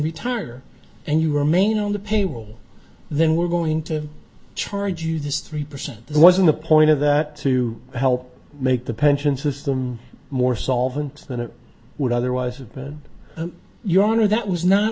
retire and you remain on the payroll then we're going to charge you this three percent there wasn't a point of that to help make the pension system more solvent than it would otherwise have been your honor that was not